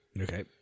Okay